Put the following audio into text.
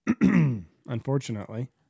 Unfortunately